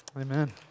Amen